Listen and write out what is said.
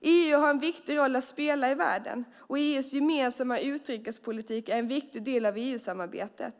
EU har en viktig roll att spela i världen, och EU:s gemensamma utrikespolitik är en viktig del av EU-samarbetet.